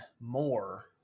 more